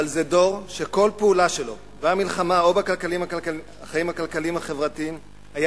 אבל זה דור שכל פעולה שלו במלחמה או בחיים הכלכליים החברתיים היה